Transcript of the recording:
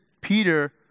Peter